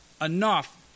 enough